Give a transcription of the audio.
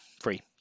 free